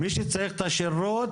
מי שצריך את השירות